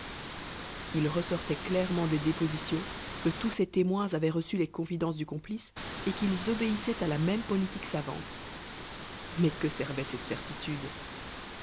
il ressortait clairement des dépositions que tous ces témoins avaient reçu les confidences du complice et qu'ils obéissaient à la même politique savante mais que servait cette certitude